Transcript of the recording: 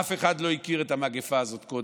אף אחד לא הכיר את המגפה הזאת קודם.